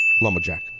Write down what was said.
lumberjack